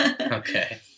Okay